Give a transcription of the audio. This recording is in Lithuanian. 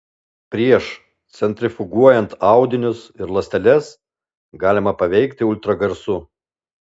prieš centrifuguojant audinius ir ląsteles galima paveikti ultragarsu